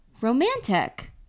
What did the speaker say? romantic